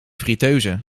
friteuse